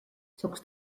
zockst